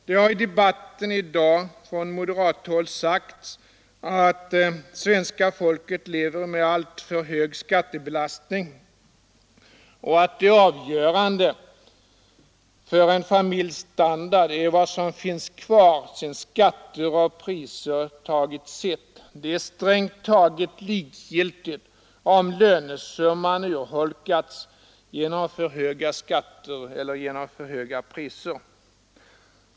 Det har i debatten i dag från moderathåll sagts att svenska folket lever under en alltför tung skattebelastning och att det avgörande för en familjs standard är vad som finns kvar sedan skatter och priser tagit sitt och att det strängt taget är likgiltigt om lönesumman urholkas genom för höga skatter eller genom för höga priser.